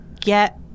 get